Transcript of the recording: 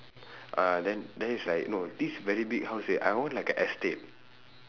uh then then it's like no this is very big house leh I want like a estate